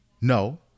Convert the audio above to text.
No